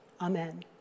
amen